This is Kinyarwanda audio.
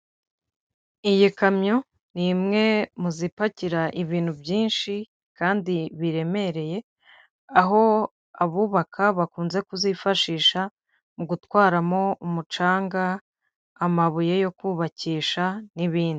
Iyi kamyo ni imwe mu zipakira ibintu byinshi kandi biremereye, aho abubaka bakunze kuzifashisha mu gutwaramo umucanga, amabuye yo kubakisha n'ibindi.